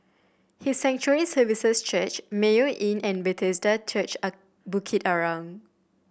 His Sanctuary Services Church Mayo Inn and Bethesda Church Bukit Arang